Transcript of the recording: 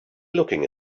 looking